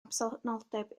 absenoldeb